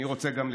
אני רוצה גם לשם.